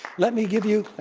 let me give you